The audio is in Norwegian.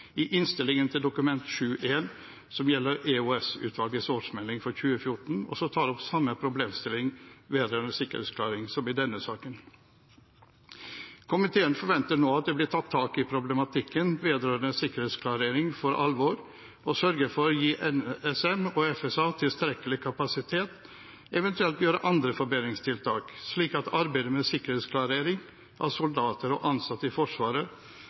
i innstillingen til Dokument 7:1, som gjelder EOS-utvalgets årsmelding for 2014, og som tar opp samme problemstilling vedrørende sikkerhetsklarering som i denne saken. Komiteen forventer nå at det for alvor blir tatt tak i problematikken vedrørende sikkerhetsklarering, og at man sørger for å gi NSM og FSA tilstrekkelig kapasitet, eventuelt setter i verk andre forbedringstiltak, slik at arbeidet med sikkerhetsklarering av soldater og ansatte i Forsvaret